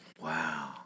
Wow